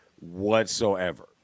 whatsoever